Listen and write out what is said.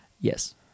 Yes